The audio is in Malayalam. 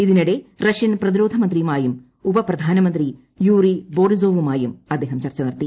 ഇതിനിടെ റഷ്യൻ പ്രതിരോധമന്ത്രിയുമായും ഉപപ്രധാനമന്ത്രി യൂറി ബോറിസോവുമായും അദ്ദേഹം ചർച്ച നടത്തി